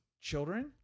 children